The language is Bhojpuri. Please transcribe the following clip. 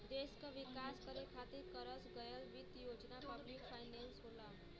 देश क विकास खातिर करस गयल वित्त योजना पब्लिक फाइनेंस होला